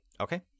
Okay